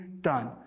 done